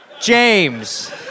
James